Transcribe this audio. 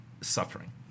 suffering